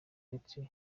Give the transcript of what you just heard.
uretse